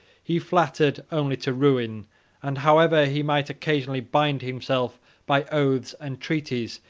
he flattered only to ruin and however he might occasionally bind himself by oaths and treaties,